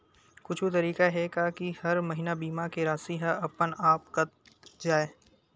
कुछु तरीका हे का कि हर महीना बीमा के राशि हा अपन आप कत जाय?